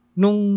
nung